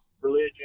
religion